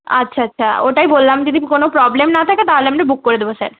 আচ্ছা আচ্ছা ওটাই বললাম যদি কোনো প্রবলেম না থাকে তাহলে বুক করে দেব স্যার